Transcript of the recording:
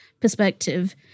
perspective